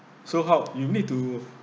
so how you need to